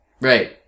Right